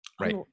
Right